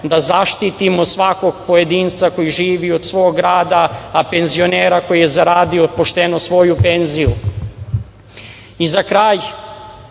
da zaštitimo svakog pojedinca koji živi od svog rada, a penzionera koji je zaradio pošteno svoju penziju.I za kraj,